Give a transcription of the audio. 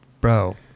bro